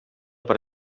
per